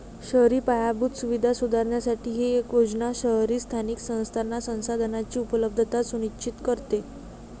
शहरी पायाभूत सुविधा सुधारण्यासाठी ही योजना शहरी स्थानिक संस्थांना संसाधनांची उपलब्धता सुनिश्चित करते